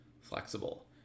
flexible